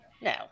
No